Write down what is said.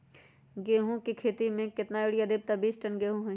गेंहू क खेती म केतना यूरिया देब त बिस टन गेहूं होई?